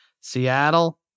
Seattle